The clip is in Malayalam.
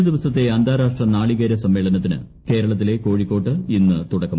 രണ്ടു ദിവസത്തെ അന്താരാഷ്ട്ര നാളികേര സമ്മേളനത്തിന് ന് കേരളത്തിലെ കോഴിക്കോട്ട് ഇന്ന് തുടക്കമാകും